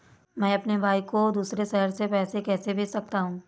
मैं अपने भाई को दूसरे शहर से पैसे कैसे भेज सकता हूँ?